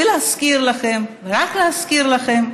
ולהזכיר לכם, רק להזכיר לכם,